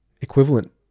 equivalent